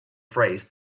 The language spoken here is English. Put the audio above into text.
phrase